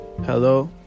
Hello